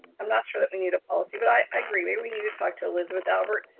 i'm not sure that we need a policy but i agree. maybe we need to talk to elizabeth albert.